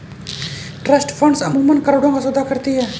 trust funds अमूमन करोड़ों का सौदा करती हैं